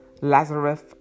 Lazarus